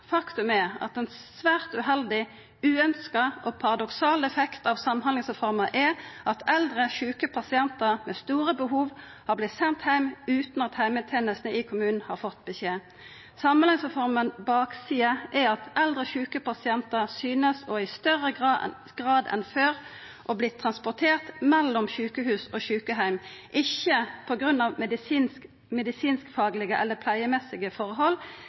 Faktum er at ein svært uheldig, uønskt og paradoksal effekt av Samhandlingsreforma er at eldre, sjuke pasientar med store behov har vorte sende heim utan at heimetenesta i kommunen har fått beskjed. Baksida ved Samhandlingsreforma er at eldre sjuke pasientar i større grad enn før synest å verta transporterte mellom sjukehus og sjukeheim, ikkje på grunn av medisinskfaglege eller pleiemessige